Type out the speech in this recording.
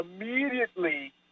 immediately